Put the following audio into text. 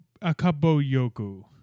Akaboyoku